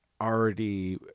Already